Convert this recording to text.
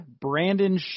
Brandon